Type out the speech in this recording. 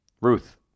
Ruth